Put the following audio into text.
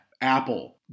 Apple